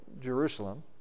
Jerusalem